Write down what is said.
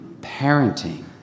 parenting